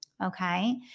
okay